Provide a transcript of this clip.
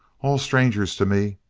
all strangers to me.